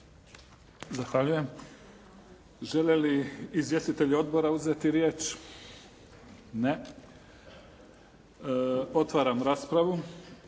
Zahvaljujem. Žele li izvjestitelji odbora uzeti riječ? Ne. Otvaram raspravu